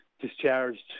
discharged